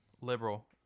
liberal